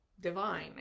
divine